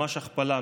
ממש הכפלה,